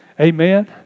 Amen